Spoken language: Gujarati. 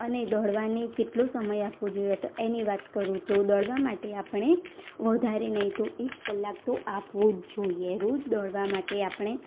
અને દોડવાને કેટલો સમય આપવો જોઈએ તો એની વાત કરું તો દોડવા માટે આપણે વધારે નહીં તો એક કલાક તો આપવો જ જોઈએ રોજ દોડવા માટે આપણે